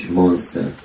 monster